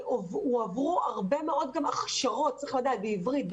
הועברו הרבה מאוד הכשרות בעברית,